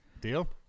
deal